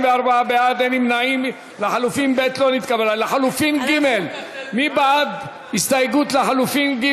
מי בעד ההסתייגות?